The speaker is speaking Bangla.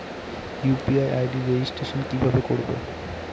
ইউ.পি.আই আই.ডি রেজিস্ট্রেশন কিভাবে করব?